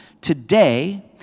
Today